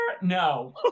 no